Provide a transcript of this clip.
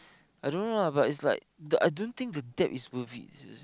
I don't know lah but is like I don't think the debt is worth it seriously